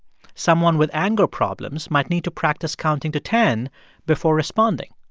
someone with anger problems might need to practice counting to ten before responding.